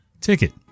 Ticket